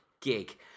gig